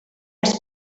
has